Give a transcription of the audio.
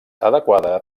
adequada